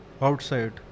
Outside